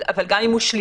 אבל גם אם הוא שלילי,